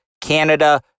Canada